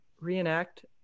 reenact